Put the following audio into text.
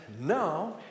now